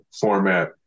format